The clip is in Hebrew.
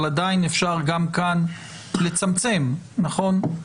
אבל עדיין אפשר גם כאן לצמצם, נכון?